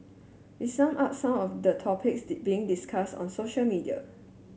we sum up some of the topics being discussed on social media